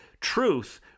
truth